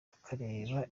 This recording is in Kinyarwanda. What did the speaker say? akareba